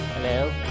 Hello